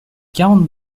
quarante